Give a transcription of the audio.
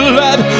let